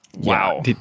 wow